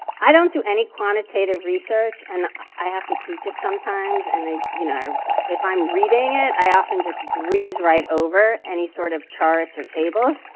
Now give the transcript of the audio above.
i don't do any quantitative research and i have to teach it sometimes. and you know if i'm reading it, i often just breeze right over any sort of charts or tables.